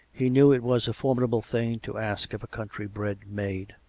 he knew it was a formidable thing to ask of a countrybred maid.